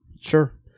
sure